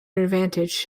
advantage